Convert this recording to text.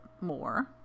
more